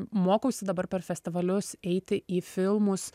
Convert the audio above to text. mokausi dabar per festivalius eiti į filmus